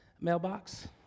mailbox